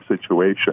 situation